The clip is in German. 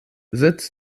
sitz